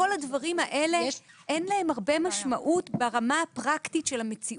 לכל הדברים האלה אין הרבה משמעות ברמה הפרקטית של המציאות.